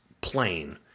plain